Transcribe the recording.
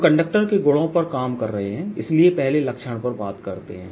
हम कंडक्टर के गुणों पर काम कर रहे हैं इसलिए पहले लक्षण पर बात करते हैं